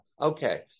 Okay